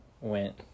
went